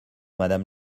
madame